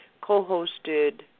co-hosted